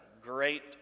great